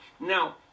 Now